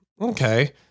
Okay